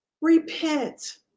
Repent